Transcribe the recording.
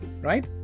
right